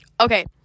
Okay